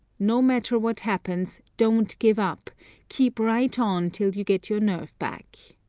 no matter what happens, don't give up keep right on till you get your nerve back.